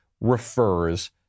refers